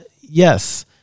yes